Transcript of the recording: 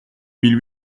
mille